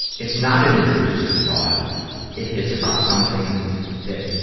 it's not an intrusive thought if it's about something that,